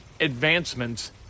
advancements